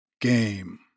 game